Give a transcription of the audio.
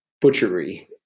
butchery